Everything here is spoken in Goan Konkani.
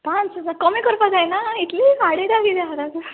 पांच कोमी करपाक जायना इतली वाडयता कित्याक